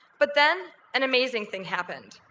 but then an amazing thing happened.